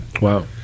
Wow